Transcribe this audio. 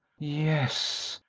yes,